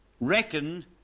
reckoned